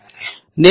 నిజమైన